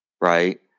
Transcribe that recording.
right